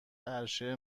عرشه